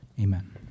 amen